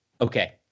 Okay